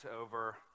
over